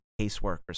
caseworkers